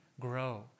grow